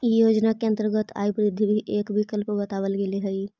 इ योजना के अंतर्गत आय वृद्धि भी एक विकल्प बतावल गेल हई